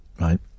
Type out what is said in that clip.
right